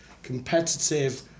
Competitive